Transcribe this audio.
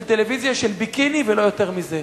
של טלוויזיה של ביקיני ולא יותר מזה.